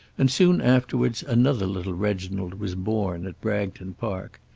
and soon afterwards another little reginald was born at bragton park.